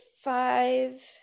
five